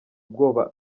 ubwoba